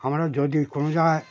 আমরা যদি কোনো জায়গায়